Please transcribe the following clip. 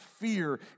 fear